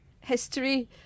history